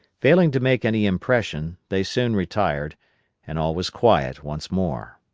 failing to make any impression they soon retired and all was quiet once more.